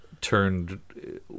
turned